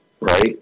right